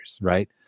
right